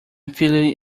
feeling